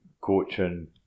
coaching